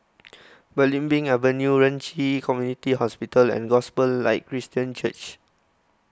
Belimbing Avenue Ren Ci Community Hospital and Gospel Light Christian Church